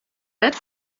net